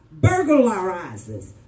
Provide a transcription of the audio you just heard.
burglarizes